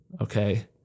okay